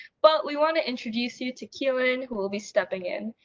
but we want to introduce you to kealan, who will be stepping in.